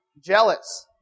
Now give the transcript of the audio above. jealous